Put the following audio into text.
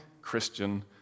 Christian